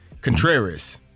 Contreras